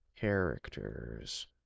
Characters